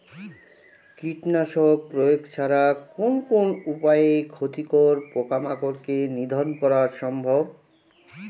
কীটনাশক প্রয়োগ ছাড়া কোন কোন উপায়ে ক্ষতিকর পোকামাকড় কে নিধন করা সম্ভব?